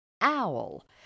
owl